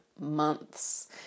months